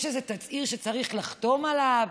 יש איזה תצהיר שצריך לחתום עליו,